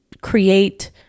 create